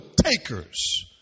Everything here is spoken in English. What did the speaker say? takers